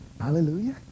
Hallelujah